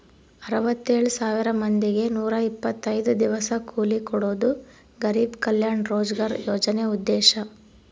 ಅರವತ್ತೆಳ್ ಸಾವಿರ ಮಂದಿಗೆ ನೂರ ಇಪ್ಪತ್ತೈದು ದಿವಸ ಕೂಲಿ ಕೊಡೋದು ಗರಿಬ್ ಕಲ್ಯಾಣ ರೋಜ್ಗರ್ ಯೋಜನೆ ಉದ್ದೇಶ